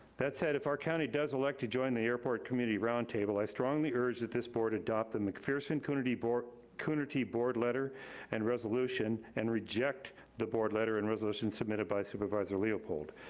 that said, if our county does elect to join the airport community roundtable, i strongly urge that this board adopt the mcpherson coonerty board coonerty board letter and resolution and reject the board letter and resolution submitted by supervisor leopold.